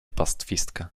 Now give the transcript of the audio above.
pastwiska